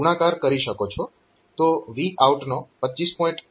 તો Vout નો 25